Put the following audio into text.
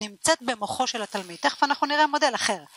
נמצאת במוחו של התלמיד, תכף אנחנו נראה מודל אחר.